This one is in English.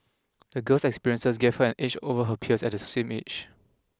the girl's experiences gave her an edge over her peers at the same age